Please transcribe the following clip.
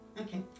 Okay